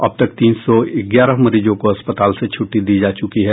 अब तक तीन सौ ग्यारह मरीजों को अस्पतालों से छुट्टी दी जा चुकी है